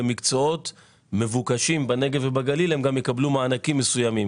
במקצועות מבוקשים בנגב ובגליל הם גם יקבלו מענקים מסוימים,